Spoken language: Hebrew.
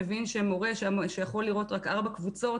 מבין שמורה שיכול לראות רק ארבע קבוצות.